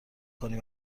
کنی